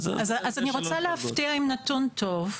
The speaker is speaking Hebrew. אני רוצה להפתיע עם נתון טוב,